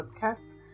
Podcast